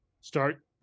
start